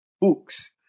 books